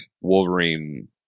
Wolverine